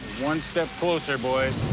one step closer, boys.